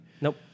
Nope